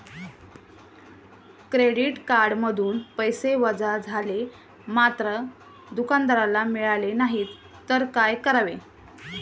Credit कार्डमधून पैसे वजा झाले मात्र दुकानदाराला मिळाले नाहीत तर काय करावे?